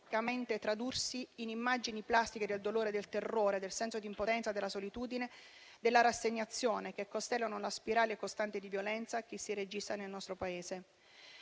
tradursi in immagini plastiche del dolore, del terrore, del senso di impotenza, della solitudine e della rassegnazione che costellano la spirale costante di violenza che si registra nel nostro Paese.